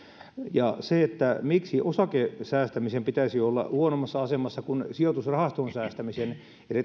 ja miksi osakesäästämisen pitäisi olla huonommassa asemassa kuin sijoitusrahastoon säästämisen eli